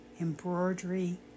embroidery